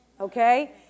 okay